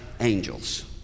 angels